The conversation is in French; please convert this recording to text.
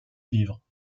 vivre